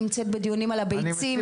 אני נמצאת בדיונים על הביצים,